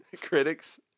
Critics